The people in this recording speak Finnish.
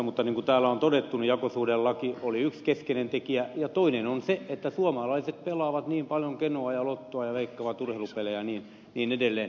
mutta niin kuin täällä on todettu jakosuhdelaki oli yksi keskeinen tekijä ja toinen on se että suomalaiset pelaavat niin paljon kenoa ja lottoa ja veikkaavat urheilupelejä ja niin edelleen